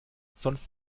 sonst